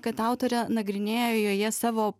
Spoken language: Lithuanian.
kad autorė nagrinėja joje savo